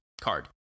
card